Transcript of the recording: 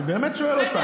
אני באמת שואל אותך.